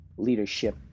Leadership